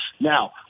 Now